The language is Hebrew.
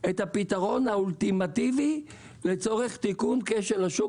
את הפתרון האולטימטיבי לצורך תיקון כשל השוק